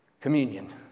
Communion